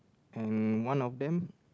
and one of them